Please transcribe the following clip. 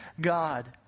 God